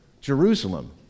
Jerusalem